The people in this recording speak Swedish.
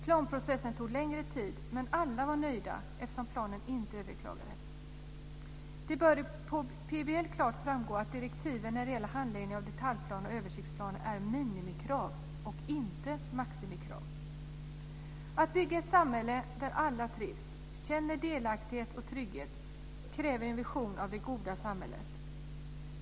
Planprocessen tog längre tid men alla var nöjda eftersom planen inte överklagades. Det bör av PBL klart framgå att direktiven när det gäller handläggningen av detaljplaner och översiktsplaner är minimikrav, inte maximikrav. Att bygga ett samhälle där alla trivs och känner delaktighet och trygghet kräver en vision av det goda samhället.